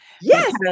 Yes